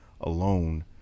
alone